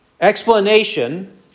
explanation